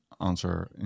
answer